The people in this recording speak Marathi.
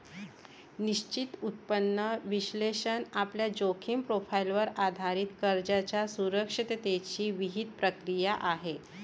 निश्चित उत्पन्न विश्लेषण आपल्या जोखीम प्रोफाइलवर आधारित कर्जाच्या सुरक्षिततेची विहित प्रक्रिया आहे